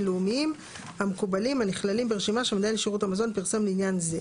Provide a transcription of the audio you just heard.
לאומיים המקובלים הנכללים ברשימה שמנהל שירות המזון פרסם לעניין הזה.